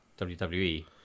WWE